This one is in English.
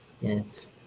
yes